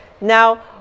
Now